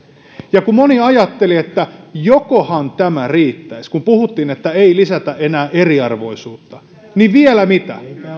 kun moni ajatteli että jokohan tämä riittäisi kun puhuttiin että ei lisätä enää eriarvoisuutta niin vielä mitä